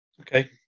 Okay